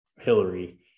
Hillary